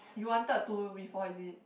you wanted to before is it